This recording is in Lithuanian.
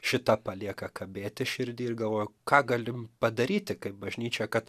šita palieka kabėti širdy ir galvoju ką galim padaryti kaip bažnyčia kad